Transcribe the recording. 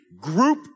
Group